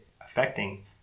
affecting